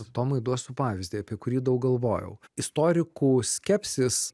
tomai duosiu pavyzdį apie kurį daug galvojau istorikų skepsis